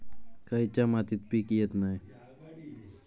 खयच्या मातीत पीक येत नाय?